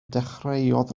dechreuodd